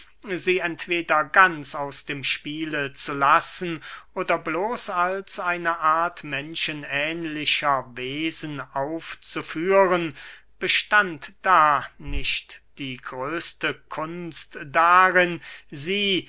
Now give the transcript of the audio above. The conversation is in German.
sie entweder ganz aus dem spiele zu lassen oder bloß als eine art menschenähnlicher wesen aufzuführen bestand da nicht die größte kunst darin sie